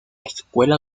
escuela